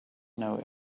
know